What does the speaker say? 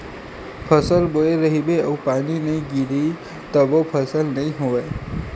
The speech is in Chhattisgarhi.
फसल बोए रहिबे अउ पानी नइ गिरिय तभो फसल नइ होवय